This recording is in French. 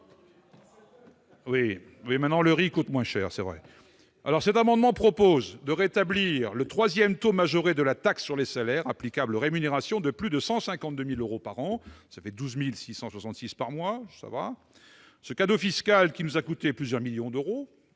Ça a baissé ! Le riz coûte moins cher, c'est vrai ... Cet amendement vise à rétablir le troisième taux majoré de la taxe sur les salaires applicable aux rémunérations de plus de 152 000 euros par an, soit 12 666 euros par mois. Ce cadeau fiscal, qui nous a coûté plusieurs millions d'euros,